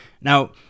Now